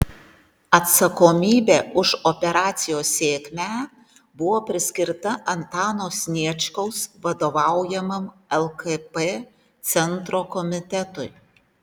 atsakomybė už operacijos sėkmę buvo priskirta antano sniečkaus vadovaujamam lkp centro komitetui